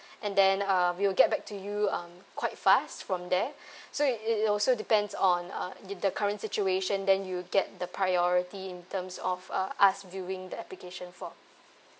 and then um we'll get back to you um quite fast from there so it also depends on uh in the current situation then you get the priority in terms of uh us viewing the application form